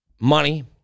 money